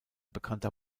bekannter